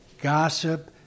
gossip